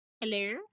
Hello